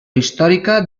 històrica